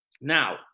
Now